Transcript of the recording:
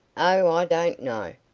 i i don't know.